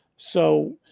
so,